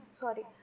sorry